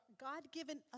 God-given